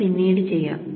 അത് പിന്നീട് ചെയ്യാം